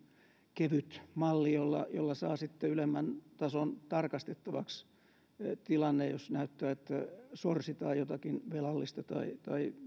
kevyt malli jolla jolla saa sitten ylemmän tason tarkastettavaksi jos tilanne näyttää että sorsitaan jotakin velallista tai